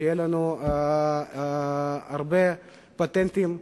שיהיו לנו הרבה פטנטים.